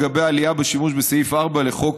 לגבי העלייה בשימוש בסעיף 4 לחוק,